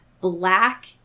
black